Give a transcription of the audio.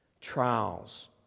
trials